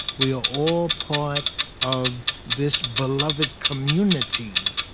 we are all part of this beloved community.